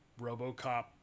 RoboCop